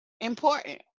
important